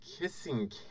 Kissing